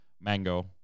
Mango